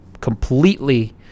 completely